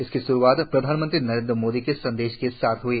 इसकी शुरूआत प्रधानमंत्री नरेन्द्र मोदी के संदेश के साथ हई